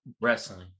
wrestling